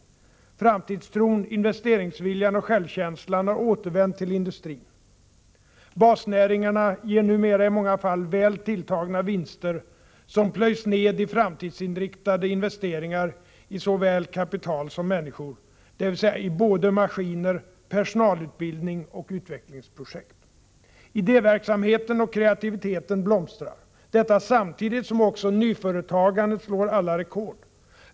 stimulera unga människor till initiativtagande och nytänkande Framtidstron, investeringsviljan och självkänslan har återvänt till industrin. Basnäringarna ger numera i många fall väl tilltagna vinster som plöjs ned i framtidsinriktade investeringar i såväl kapital som människor — dvs. i både maskiner, personalutbildning och utvecklingsprojekt. Idéverksamheten och kreativiteten blomstrar. Detta samtidigt som också nyföretagandet slår alla rekord.